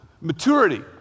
Maturity